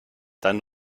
dann